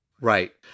Right